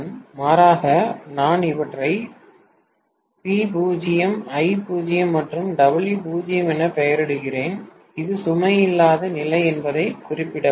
மாறாக நான் இவற்றை V0 I0 மற்றும் W0 என பெயரிடுகிறேன் இது சுமை இல்லாத நிலை என்பதைக் குறிப்பிடவும்